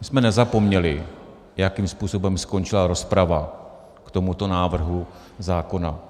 My jsme nezapomněli, jakým způsobem skončila rozprava k tomuto návrhu zákona.